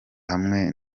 hamwe